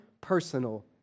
personal